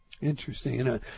Interesting